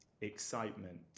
excitement